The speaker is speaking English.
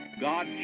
God